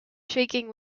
shaking